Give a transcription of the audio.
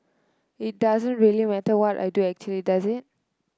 it doesn't really matter what I do actually does it